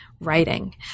writing